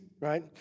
right